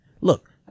look